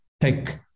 take